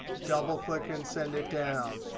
double click and send it down.